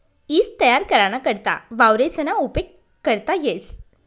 ईज तयार कराना करता वावरेसना उपेग करता येस